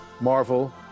Marvel